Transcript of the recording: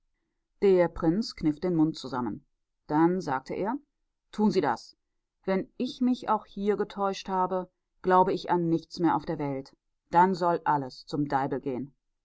der prinz kniff den mund zusammen dann sagte er tun sie das wenn ich mich auch hier getäuscht habe glaube ich an nichts mehr auf der welt dann soll alles zum deibel gehen